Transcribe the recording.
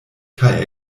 kaj